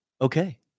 okay